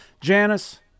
Janice